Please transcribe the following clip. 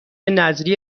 نذریه